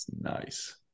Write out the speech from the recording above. Nice